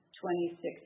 26